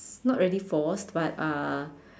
not really forced but uh